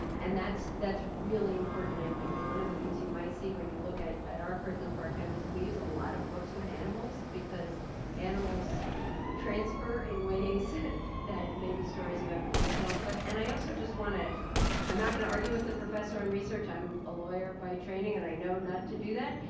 and that's that's really important that one of the things you might see when you look at at our curriculum for our families is we used a lot of books with animals, because animals transfer in ways that maybe stories about people don't but and i also just want to i'm not going to argue with the professor in research. i'm a lawyer by training and i know not to do that.